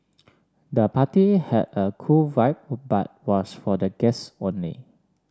the party had a cool vibe but was for the guests only